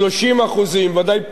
וודאי פחות משליש